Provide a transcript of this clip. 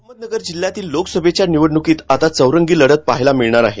अहमदनगर जिल्ह्यातील लोकसभेच्या निवडणुकीत आता चौरंगी लढत पाहायला मिळणार आहे